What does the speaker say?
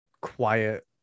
quiet